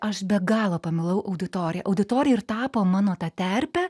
aš be galo pamilau auditoriją auditorija ir tapo mano ta terpe